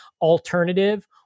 alternative